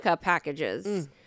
packages